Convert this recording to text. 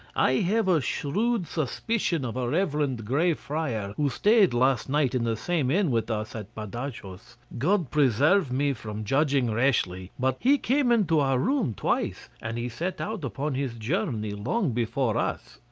i have a shrewd suspicion of a reverend grey friar, who stayed last night in the same inn with us at badajos. god preserve me from judging rashly, but he came into our room twice, and he set out upon his journey long before us.